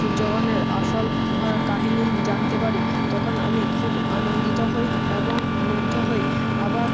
সূয্যগ্রহণের আসল কাহিনি জানতে পারি তখন আমি খুব আনন্দিত হই এবং মুগ্ধ হই আবার